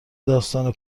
داستان